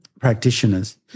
practitioners